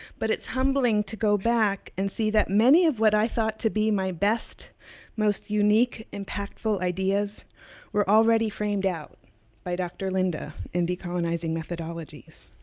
but it's humbling to go back and see that many of what i thought to be my best most unique impactful ideas were already framed out by dr. linda in decolonizing methodologies.